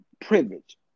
privilege